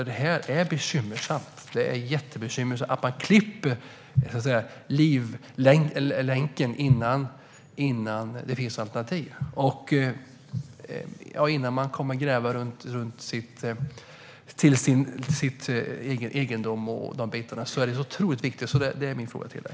Det är nämligen bekymmersamt att länken klipps innan det finns alternativ, det vill säga innan man gräver på sin egendom och så vidare. Detta är otroligt viktigt, så det är min fråga till dig.